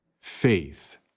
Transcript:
faith